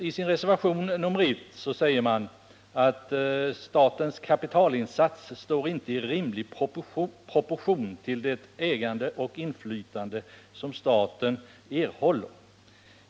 I reservationen 1 säger man att statens kapitalinsats inte står ”i rimlig proportion till det ägande och inflytande som staten erhåller.